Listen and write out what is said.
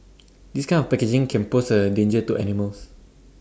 this kind of packaging can pose A danger to animals